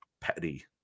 petty